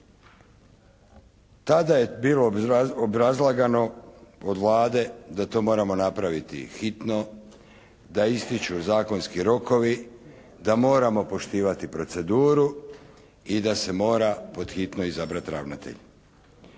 Tada je bilo obrazlagano od Vlade da to moramo napraviti hitno, da ističu zakonski rokovi, da moramo poštivati proceduru i da se mora pod hitno izabrati ravnatelj.